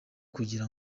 kugira